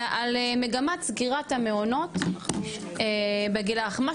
אלא על מגמת סגירת המעונות בגיל הרך,